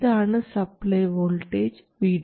ഇതാണ് supply voltage VDD